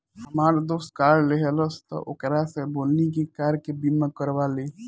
हामार दोस्त कार लेहलस त ओकरा से बोलनी की कार के बीमा करवा ले